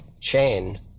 chain